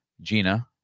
Gina